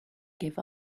give